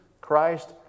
Christ